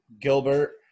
Gilbert